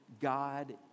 God